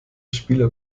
spieler